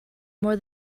more